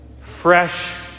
fresh